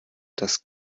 dass